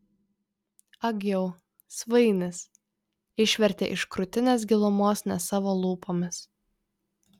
ag jau svainis išvertė iš krūtinės gilumos ne savo lūpomis